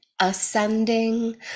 ascending